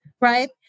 right